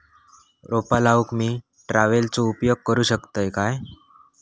रोपा लाऊक मी ट्रावेलचो उपयोग करू शकतय काय?